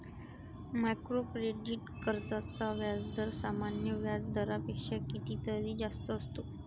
micro credit कर्जांचा व्याजदर सामान्य व्याज दरापेक्षा कितीतरी जास्त असतो